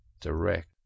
direct